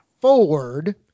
forward